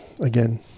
again